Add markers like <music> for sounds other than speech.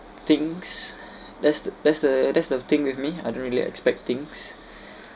things that's that's the that's the thing with me I don't really expect things <breath>